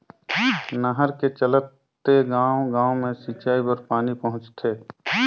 नहर के चलते गाँव गाँव मे सिंचई बर पानी पहुंचथे